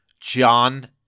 John